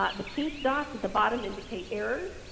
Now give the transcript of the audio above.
ah the pink dots at the bottom indicate errors.